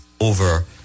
over